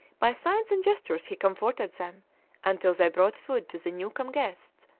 by signs and gestures he comforted them until they brought food to the new-come guests,